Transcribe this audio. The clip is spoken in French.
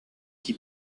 qui